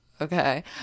okay